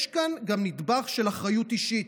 יש כאן גם נדבך של אחריות אישית.